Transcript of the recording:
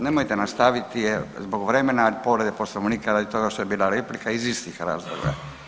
Nemojte nastaviti jer zbog vremena i povrede Poslovnika radi toga što je bila replika iz istih razloga.